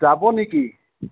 যাব নেকি